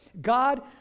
God